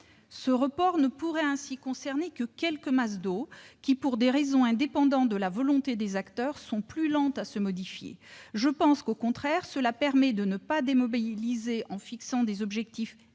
Ce report ne pourrait ainsi concerner que quelques masses d'eau qui, pour des raisons indépendantes de la volonté des acteurs, sont plus lentes à se modifier. Au final, cela permet de ne pas démobiliser les acteurs en leur fixant des